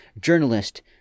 journalist